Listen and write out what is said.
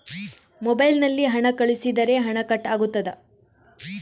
Mobile ನಲ್ಲಿ ಹಣ ಕಳುಹಿಸಿದರೆ ಹಣ ಕಟ್ ಆಗುತ್ತದಾ?